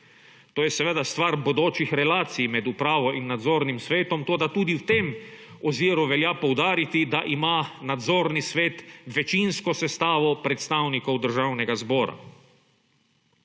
To je seveda stvar bodočih relacij med upravo in nadzornim svetom, toda tudi v tem oziru velja poudariti, da ima nadzorni svet večinsko sestavo predstavnikov Državnega zbora.